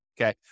okay